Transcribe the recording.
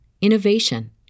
innovation